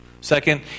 Second